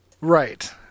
Right